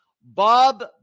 Bob